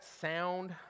sound